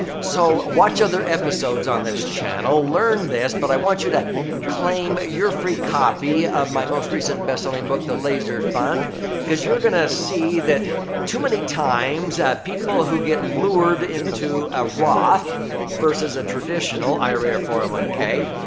so, watch other episodes on this channel. learn this. but i want you to claim your free copy of my most recent bestselling book, the laser fund because you're going to see that too many times, people who get lured into a roth versus a traditional ira, four hundred and one k,